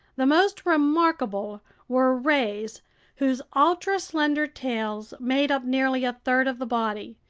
the most remarkable were rays whose ultra slender tails made up nearly a third of the body,